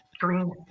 green